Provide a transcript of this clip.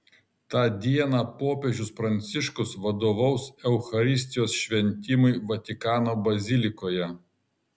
tą dieną popiežius pranciškus vadovaus eucharistijos šventimui vatikano bazilikoje